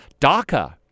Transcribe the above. DACA